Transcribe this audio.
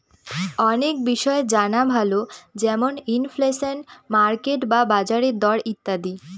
অনেক বিষয় জানা ভালো যেমন ইনফ্লেশন, মার্কেট বা বাজারের দর ইত্যাদি